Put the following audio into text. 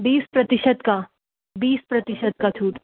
बीस प्रतिशत का बीस प्रतिशत का छूट